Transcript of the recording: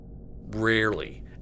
Rarely